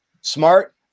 smart